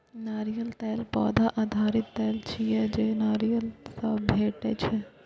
नारियल तेल पौधा आधारित तेल छियै, जे नारियल सं भेटै छै